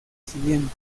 siguiente